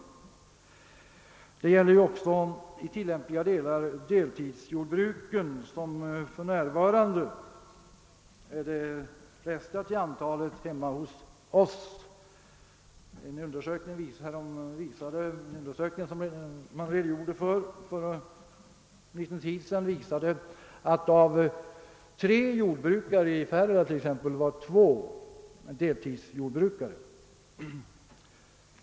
Detta gäller också i tillämpliga delar deltidsjordbruken, vilka för närvarande hemma hos oss är de flesta till antalet. En undersökning för en tid sedan visade att av tre jordbrukare i Färila var två deltidsjordbrukare.